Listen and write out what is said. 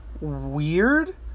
weird